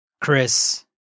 Chris